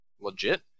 legit